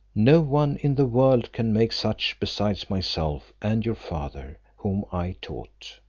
no one in the world can make such besides myself and your father, whom i taught.